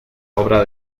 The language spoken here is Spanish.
obra